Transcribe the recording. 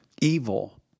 evil